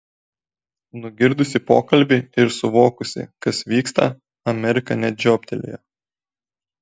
nugirdusi pokalbį ir suvokusi kas vyksta amerika net žiobtelėjo